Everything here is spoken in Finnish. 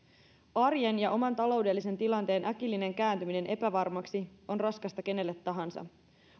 arjen ja oman taloudellisen tilanteen äkillinen kääntyminen epävarmaksi on raskasta kenelle tahansa